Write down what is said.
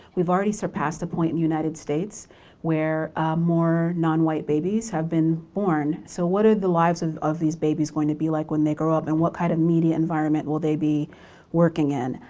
we've already surpassed the point in the united states where more non-white babies have been born. so what are the lives of of these babies going to be like when they grow up and what kind of media environment will they be working in?